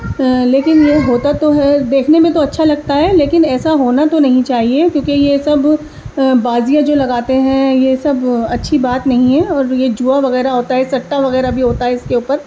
لیکن ہوتا تو ہے دیکھنے میں تو اچھا لگتا ہے لیکن ایسا ہونا تو نہیں چاہیے کیونکہ یہ سب بازیاں جو لگاتے ہیں یہ سب اچھی بات نہیں ہے اور یہ جوا وغیرہ ہوتا ہے سٹہ وغیرہ بھی ہوتا ہے اس کے اوپر